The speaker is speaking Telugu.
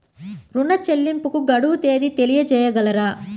ఋణ చెల్లింపుకు గడువు తేదీ తెలియచేయగలరా?